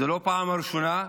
זאת לא הפעם הראשונה.